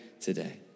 today